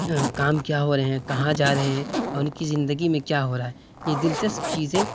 کام کیا ہو رہے ہیں کہاں جا رہے ہیں اور ان کی زندگی میں کیا ہو رہا ہے یہ دلچسپ چیزیں